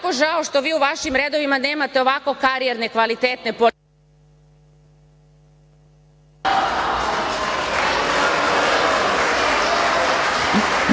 jako žao što u vašim redovima nemate ovako karijerne kvalitetne… **Marina